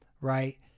right